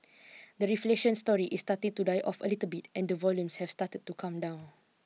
the reflation story is starting to die off a little bit and the volumes have started to come down